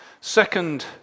Second